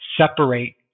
separate